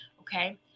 Okay